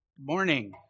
Morning